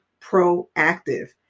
proactive